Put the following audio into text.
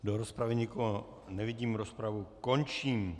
Do rozpravy nikoho nevidím, rozpravu končím.